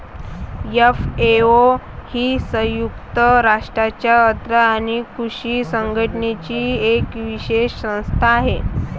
FAO ही संयुक्त राष्ट्रांच्या अन्न आणि कृषी संघटनेची एक विशेष संस्था आहे